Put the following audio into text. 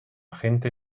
gente